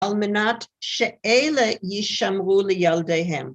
על מנת שאלה יישמרו לילדיהם.